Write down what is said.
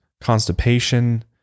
constipation